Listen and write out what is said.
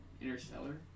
Interstellar